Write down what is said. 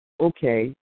okay